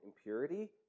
impurity